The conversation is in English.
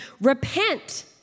repent